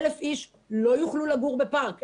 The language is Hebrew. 1,000 אנשים לא יוכלו לגור בפארק.